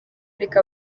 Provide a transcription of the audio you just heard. ariko